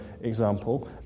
example